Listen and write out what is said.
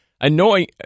annoying